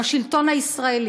עם השלטון הישראלי.